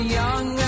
young